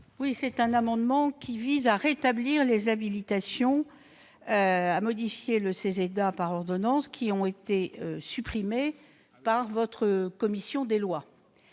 Cet amendement vise à rétablir les habilitations à modifier le CESEDA par ordonnance qui ont été supprimées par la commission des lois